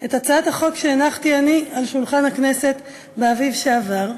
את הצעת החוק שהנחתי אני על שולחן הכנסת באביב שעבר,